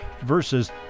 versus